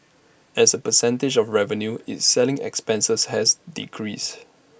as A percentage of revenue its selling expenses has decreased